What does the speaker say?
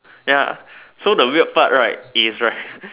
ya so the weird part right is right